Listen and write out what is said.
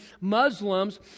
Muslims